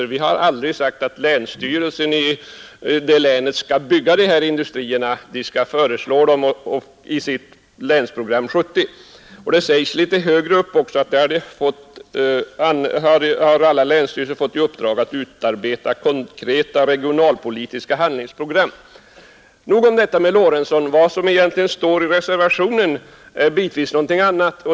Utskottet har aldrig sagt att länsstyrelserna skall bygga industrier. De skall föreslå dem i Länsprogram 70. Alla länsstyrelser har fått i uppdrag att utarbeta konkreta regionalpolitiska handlingsprogram. I reservationen står det bitvis något annat.